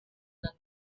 than